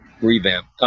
revamp